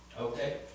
Okay